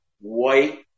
white